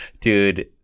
Dude